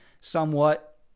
somewhat